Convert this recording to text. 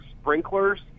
sprinklers